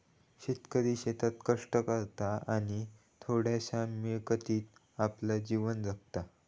शेतकरी शेतात कष्ट करता आणि थोड्याशा मिळकतीत आपला जीवन जगता